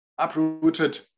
uprooted